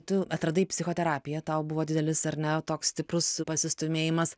tu atradai psichoterapiją tau buvo didelis ar ne toks stiprus pasistūmėjimas